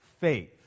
faith